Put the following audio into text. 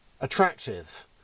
attractive